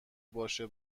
باشه